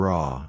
Raw